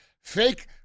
fake